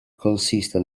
consiste